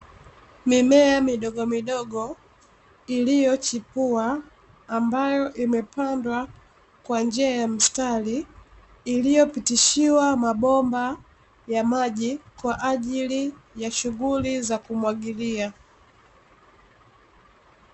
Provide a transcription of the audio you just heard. Mimea midogo midogo iliyochipua ambayo imepandwa kwa njia ya mstari, iliyopitishiwa mabomba ya maji kwaajili ya shughuli za kumwagilia.